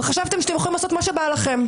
וחשבתם שאתם יכולים לעשות מה שבא לכם,